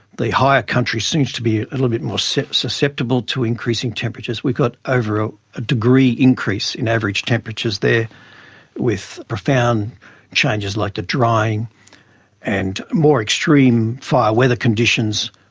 the higher country seems to be a little bit more so susceptible to increasing temperatures. we've got over a degree increase in average temperatures there with profound changes like the drying and more extreme fire weather conditions.